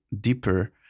deeper